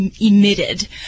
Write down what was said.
emitted